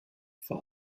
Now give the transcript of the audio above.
vor